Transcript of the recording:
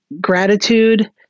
gratitude